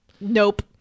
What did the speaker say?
nope